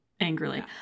angrily